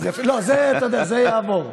לא, זה, אתה יודע, זה יעבור.